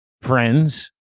friends